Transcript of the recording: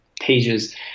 pages